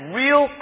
real